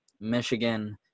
Michigan